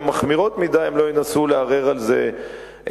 מחמירות מדי הם לא ינסו לערער על זה משפטית.